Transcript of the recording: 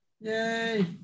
Yay